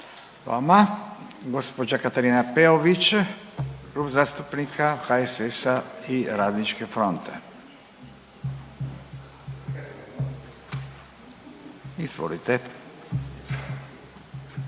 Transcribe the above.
vama. Gospođa Katarina Peović, Klub zastupnika HSS-a i Radničke fronte. Izvolite.